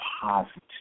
positive